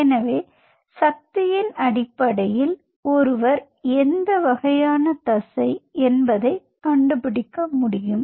எனவே சக்தியின் அடிப்படையில் ஒருவர் எந்த வகையான தசை என்பதை கண்டுபிடிக்க முடியும்